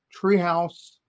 Treehouse